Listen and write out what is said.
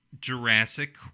Jurassic